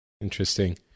Interesting